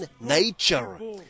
nature